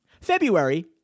February